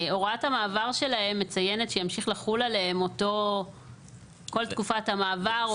הוראת המעבר שלהם מציינת שימשיך לחול עליהם כל תקופת המעבר,